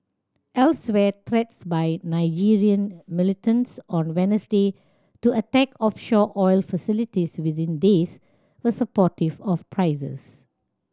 elsewhere threats by Nigerian militants on Wednesday to attack offshore oil facilities within days were supportive of prices